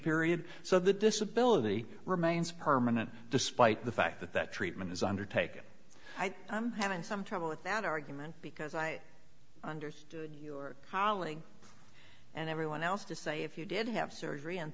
period so the disability remains permanent despite the fact that that treatment is undertaken i'm having some trouble with that argument because i understood your colleague and everyone else to say if you did have surgery and